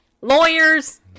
Lawyers